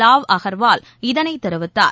wow Agarwal இதனைத் தெரிவித்தார்